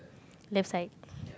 left side